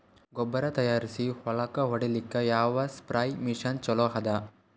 ಗೊಬ್ಬರ ತಯಾರಿಸಿ ಹೊಳ್ಳಕ ಹೊಡೇಲ್ಲಿಕ ಯಾವ ಸ್ಪ್ರಯ್ ಮಷಿನ್ ಚಲೋ ಅದ?